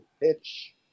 pitch